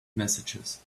messages